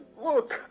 look